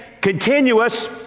continuous